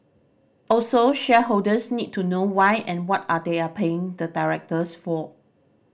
also shareholders need to know why and what are they are paying the directors for